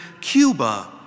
Cuba